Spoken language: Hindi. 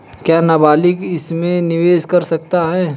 क्या नाबालिग इसमें निवेश कर सकता है?